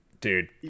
dude